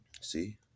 See